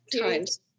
times